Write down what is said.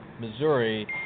Missouri